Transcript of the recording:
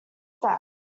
step